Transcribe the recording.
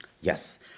Yes